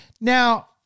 Now